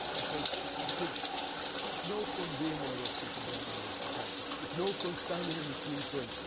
because because it's no fun being one of those people behind the counter. it's no fun standing in the queues going,